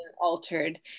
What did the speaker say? altered